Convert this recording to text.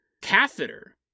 catheter